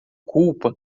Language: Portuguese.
culpa